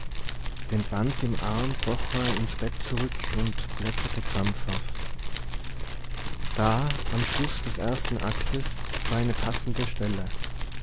den band im arm kroch er ins bett zurück und blätterte krampfhaft da am schluß des ersten aktes war eine passende stelle